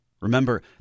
Remember